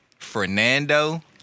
Fernando